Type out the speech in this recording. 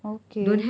okay